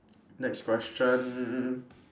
next question